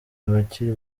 abakiri